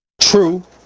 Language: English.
True